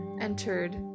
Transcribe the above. entered